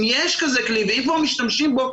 אם יש כזה כלי ואם כבר משתמשים בו,